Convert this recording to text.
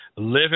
Living